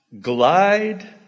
glide